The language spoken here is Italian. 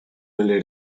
nelle